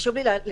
חשוב לי להתייחס